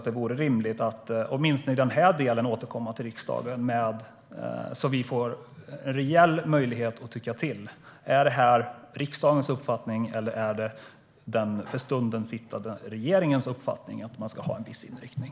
Det vore rimligt att åtminstone i den här delen återkomma till riksdagen så att vi får en reell möjlighet att tycka till. Är det riksdagens uppfattning eller är det den för stunden sittande regeringens uppfattning att man ska ha en viss inriktning?